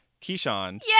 Keyshawn